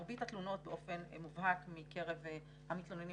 מרבית התלונות באופן מובהק מקרב המתלוננים